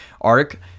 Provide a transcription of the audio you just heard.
arc